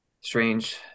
strange